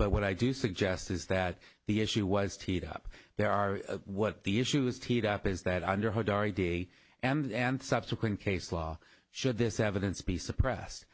but what i do suggest is that the issue was teed up there are what the issues teed up is that under her diary day and subsequent case law should this evidence be suppressed